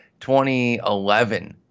2011